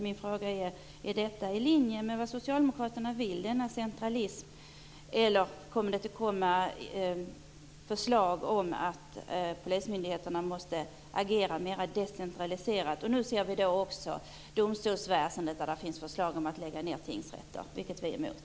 Min fråga är om denna centralism är i linje med det som socialdemokraterna vill, eller kommer det att läggas fram förslag om att polismyndigheterna måste agera mera decentraliserat? Vi ser nu också förslag om nedläggning av tingsrätter, vilket vi är emot.